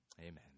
Amen